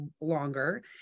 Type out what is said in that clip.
longer